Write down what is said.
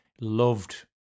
loved